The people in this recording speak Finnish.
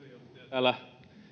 täällä